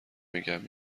میگم